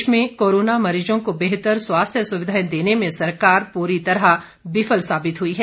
प्रदेश में कोरोना मरीजों को बेहतर स्वास्थ्य सुविधाएं देने में सरकार पूरी तरह विफल साबित हुई है